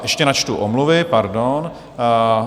Ještě načtu omluvy, pardon.